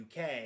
UK